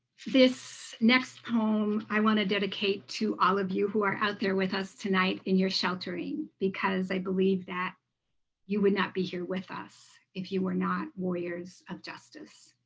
this next poem i want to dedicate to all of you who are out there with us tonight in your sheltering, because i believe that you would not be with here with us if you were not warriors of justice.